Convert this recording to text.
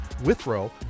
Withrow